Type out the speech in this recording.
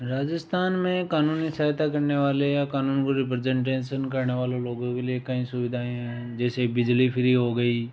राजस्थान में कानूनी सहायता करने वाले या कानून को रिपरजेंटेशन करने वाले लोगों के लिए कई सुविधाएँ हैं जैसे बिजली फ्री हो गयी